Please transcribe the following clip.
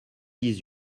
dix